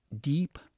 deep